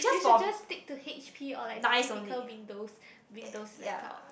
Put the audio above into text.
you should just stick to H_P or like the typical Windows Windows laptop